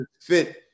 fit